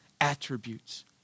attributes